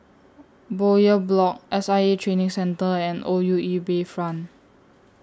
Bowyer Block S I A Training Centre and O U E Bayfront